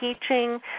teaching